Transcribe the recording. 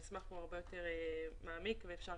המסמך הוא הרבה יותר מעמיק וכמובן ןאפשר